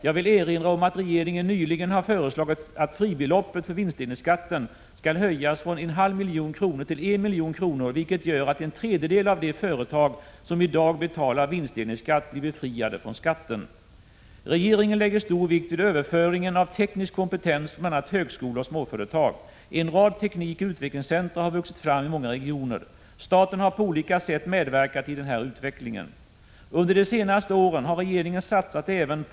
Jag vill erinra om att regeringen nyligen har föreslagit att fribeloppet för vinstdelningsskatten skall höjas från en halv till en miljon kronor, vilket gör att en tredjedel av de företag som i dag betalar vinstdelningsskatt blir befriade från skatten. Regeringen lägger stor vikt vid överföringen av teknisk kompetens från bl.a. högskolor till småföretag. En rad teknikoch utvecklingscentra har vuxit fram i många regioner. Staten har på olika sätt medverkat i den här utvecklingen. Under de senaste åren har regeringen satsat på även andra innovations — Prot.